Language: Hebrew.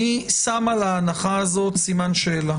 אני שם על ההנחה הזאת סימן שאלה.